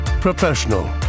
professional